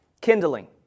Kindling